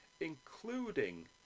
including